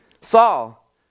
Saul